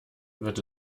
wird